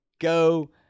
go